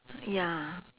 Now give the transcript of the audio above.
ya